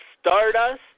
Stardust